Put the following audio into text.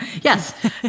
Yes